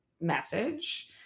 message